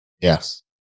Yes